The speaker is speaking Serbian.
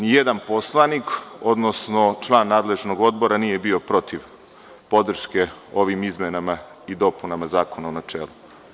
Nijedan poslanik, odnosno član nadležnog odbora nije bio protiv podrške ovim izmenama i dopunama zakona u načelu.